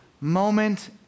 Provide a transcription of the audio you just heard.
moment